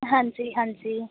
ਹਾਂਜੀ ਹਾਂਜੀ